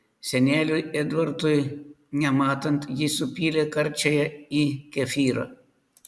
seneliui edvardui nematant ji supylė karčiąją į kefyrą